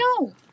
No